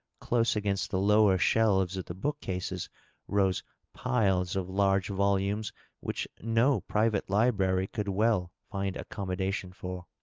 close against the lower shelves of the book-cases rose piles of large volumes which no private library could well find accommodation for.